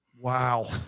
Wow